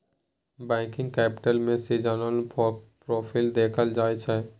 working capital में सीजनलो profit देखल जाइ छइ